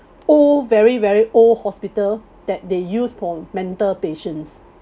old very very old hospital that they use for mental patients